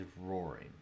roaring